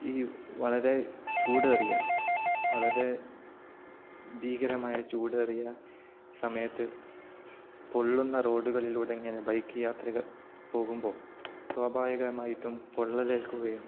ഈ വളരെ ചൂടേറിയ വളരെ ഭീകരമായ ചൂടേറിയ സമയത്തു പൊള്ളുന്ന റോഡുകളിലൂടെ ഇങ്ങനെ ബൈക്ക് യാത്രകൾ പോകുമ്പോള് സ്വാഭാവികമായിട്ടും പൊള്ളലേല്ക്കുകയും